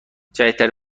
جدیدترین